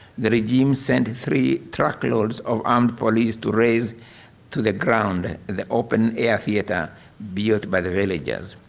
the regime sent three truckloads of armed police to raise to the ground the open-air theater built by the villagers.